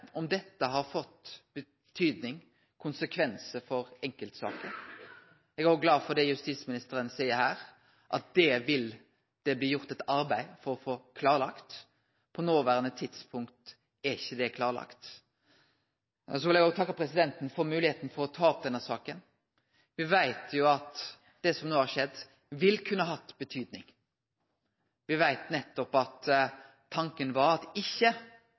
om dette har betydd noko, fått konsekvensar for enkeltsaker. Eg er òg glad for det justisministeren seier her, at det vil bli gjort eit arbeid for å få klarlagt dette. På det noverande tidspunktet er det ikkje klarlagt. Eg vil også takke presidenten for moglegheita til å ta opp denne saka. Me veit at det som no har skjedd, kan ha hatt betyding. Me veit at tanken nettopp var at dei lengeverande asylbarna ikkje